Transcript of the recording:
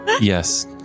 Yes